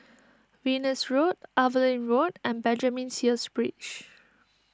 Venus Road Evelyn Road and Benjamin Sheares Bridge